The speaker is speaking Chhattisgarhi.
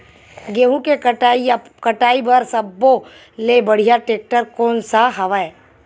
गेहूं के कटाई या कटाई बर सब्बो ले बढ़िया टेक्टर कोन सा हवय?